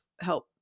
help